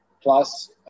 Plus